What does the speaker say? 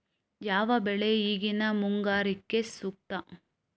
ಯಾವ ಬೆಳೆ ಈಗಿನ ಮುಂಗಾರಿಗೆ ಸೂಕ್ತ?